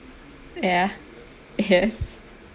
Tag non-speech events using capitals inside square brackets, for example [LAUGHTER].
ya yes [LAUGHS]